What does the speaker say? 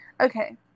Okay